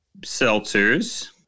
seltzers